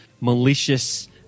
malicious